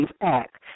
Act